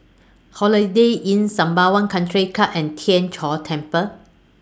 Holiday Inn Sembawang Country Club and Tien Chor Temple